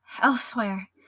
elsewhere